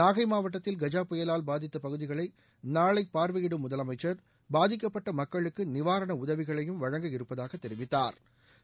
நாகை மாவட்டத்தில் கஜா புயலால் பாதித்த பகுதிகளை நாளை பார்வையிடும் முதலமைச்சர் பாதிக்கப்பட்ட மக்களுக்கு நிவாரண உதவிகளையும் வழங்க இருப்பதாக தெரிவித்தாா்